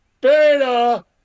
beta